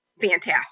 fantastic